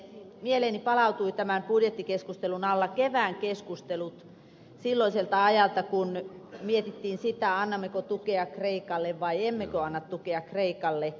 mieleeni palautui tämän budjettikeskustelun alla kevään keskustelut silloiselta ajalta kun mietittiin sitä annammeko tukea kreikalle vai emmekö anna tukea kreikalle